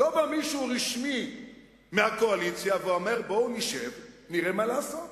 לא בא מישהו רשמי מהקואליציה ואומר: בואו נשב ונראה מה לעשות.